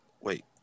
wait